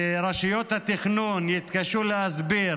ברשויות התכנון יתקשו להסביר